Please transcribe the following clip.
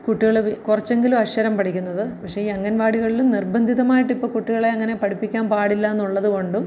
കുട്ടികൾ വി കുറച്ചെങ്കിലും അക്ഷരം പഠിക്കുന്നത് പക്ഷേ ഈ അംഗൻവാടികളിലും നിർബന്ധിതമായിട്ടിപ്പോൾ കുട്ടികളെ അങ്ങനെ പഠിപ്പിക്കാൻ പാടില്ലാന്നുള്ളത് കൊണ്ടും